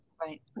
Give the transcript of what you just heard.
Right